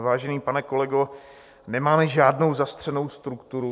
Vážený pane kolego, nemáme žádnou zastřenou strukturu.